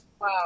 Wow